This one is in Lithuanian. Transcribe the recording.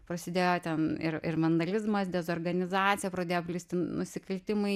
prasidėjo ten ir ir vandalizmas dezorganizacija pradėjo plisti nusikaltimai